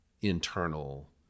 internal